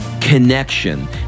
connection